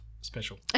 Special